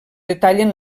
detallen